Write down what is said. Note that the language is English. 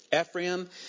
Ephraim